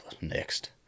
next